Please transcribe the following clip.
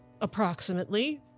approximately